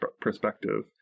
perspective